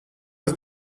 was